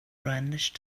brandished